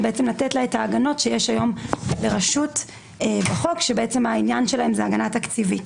ולתת לה את ההגנות שיש היום לרשות בחוק כשהעניין שלהם זאת הגנה תקציבית.